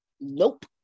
Nope